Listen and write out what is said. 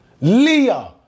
Leah